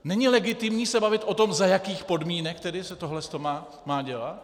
Není legitimní se bavit o tom, za jakých podmínek se tedy tohle to má dělat?